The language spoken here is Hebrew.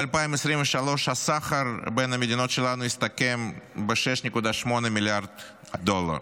ב-2023 הסחר בין המדינות שלנו הסתכם ב-6.8 מיליארד דולר.